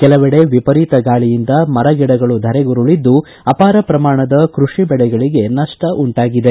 ಕೆಲವೆಡೆ ವಿಪರೀತ ಗಾಳಿಯಿಂದ ಮರ ಗಿಡಗಳು ಧರೆಗುರುಳದ್ದು ಅಪಾರ ಪ್ರಮಾಣದ ಕೃಷಿ ಬೆಳೆಗಳಗೆ ನಷ್ಟ ಉಂಟಾಗಿದೆ